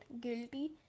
guilty